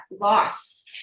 loss